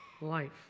life